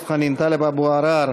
טלב אבו עראר,